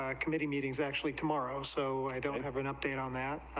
ah committee meetings actually tomorrow so i don't have an update on that,